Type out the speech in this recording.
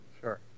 Sure